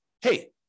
hey